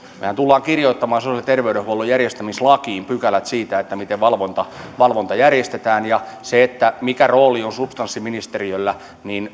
mehän tulemme kirjoittamaan sosiaali ja terveydenhuollon järjestämislakiin pykälät siitä miten valvonta valvonta järjestetään ja mikä rooli on substanssiministeriöllä